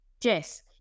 Jess